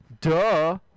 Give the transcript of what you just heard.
duh